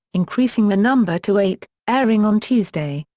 increasing the number to eight, airing on tuesday,